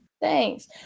thanks